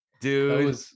dude